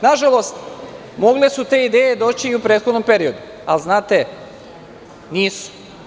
Nažalost, mogle su te ideje doći i u prethodnom periodu, ali znate, nisu.